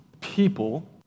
people